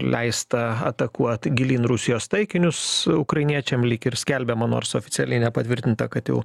leista atakuot gilyn rusijos taikinius ukrainiečiam lyg ir skelbiama nors oficialiai nepatvirtinta kad jau